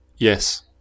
Yes